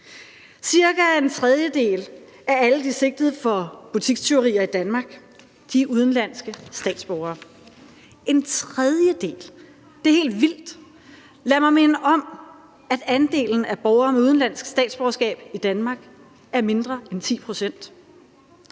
Cirka en tredjedel af alle de sigtede for butikstyveri i Danmark er udenlandske statsborgere – en tredjedel. Det er helt vildt! Lad mig minde om, at andelen af borgere med udenlandsk statsborgerskab i Danmark er mindre end 10 pct.